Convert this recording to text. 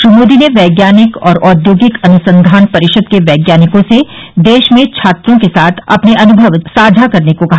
श्री मोदी ने वैज्ञानिक और औद्योगिक अनुसंधान परिषद के वैज्ञानिकों से देश में छात्रों के साथ अपने अनुभव साझा करने को कहा